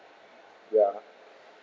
ya